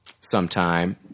sometime